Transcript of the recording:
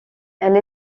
elle